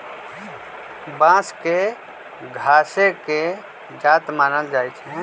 बांस के घासे के जात मानल जाइ छइ